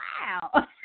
wow